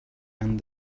and